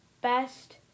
best